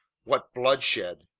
what bloodshed!